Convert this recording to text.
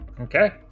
Okay